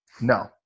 no